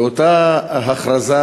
באותה הכרזה,